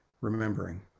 remembering